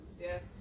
Yes